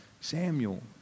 Samuel